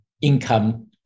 income